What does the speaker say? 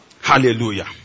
Hallelujah